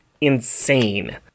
insane